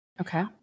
Okay